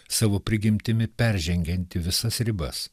savo prigimtimi peržengianti visas ribas